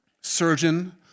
Surgeon